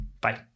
Bye